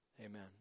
Amen